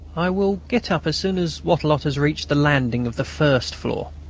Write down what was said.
i will get up as soon as wattrelot has reached the landing of the first floor.